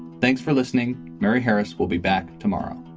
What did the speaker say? thanks for listening, mary harris. we'll be back tomorrow